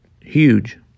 huge